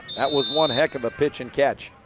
that was one heck of a pitch and catch.